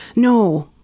no,